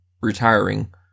retiring